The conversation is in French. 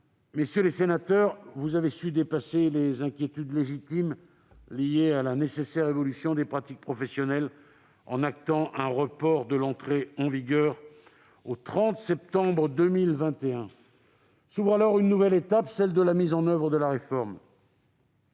associatif habilité. Vous avez su dépasser les inquiétudes légitimes liées à la nécessaire évolution des pratiques professionnelles, en actant un report de l'entrée en vigueur de la réforme au 30 septembre 2021. S'ouvre alors une nouvelle étape, celle de sa mise en oeuvre. Soyez